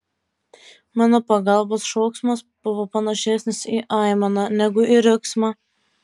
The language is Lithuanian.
mano pagalbos šauksmas buvo panašesnis į aimaną negu į riksmą